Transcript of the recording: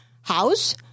house